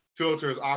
filters